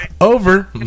over